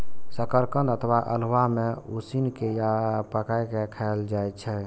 शकरकंद अथवा अल्हुआ कें उसिन के या पकाय के खायल जाए छै